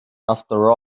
after